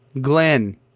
Glenn